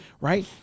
right